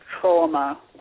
trauma